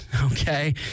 Okay